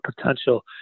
potential